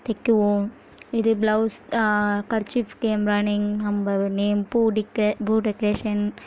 தைக்குவோம் இது பிளவுஸ் கர்சீஃப்க்கு எம்ராய்டிங் நம்ம நேம் பூ டிக்க பூ டெக்கரேஷன்